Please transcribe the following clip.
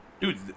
Dude